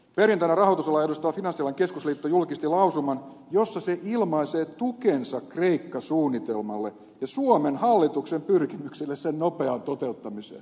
perjantaina rahoitusalaa edustava finanssialan keskusliitto fk julkisti lausuman jossa se ilmaisee tukensa kreikka suunnitelmalle ja suomen hallituksen pyrkimyksille sen nopeaan toteuttamiseen